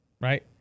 Right